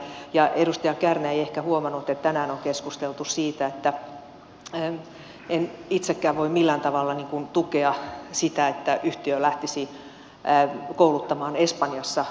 ja edustaja kärnä ei ehkä huomannut että tänään on keskusteltu siitä että en itsekään voi millään tavalla tukea sitä että yhtiö lähtisi kouluttamaan espanjassa lakkorikkurityövoimaa